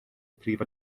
prif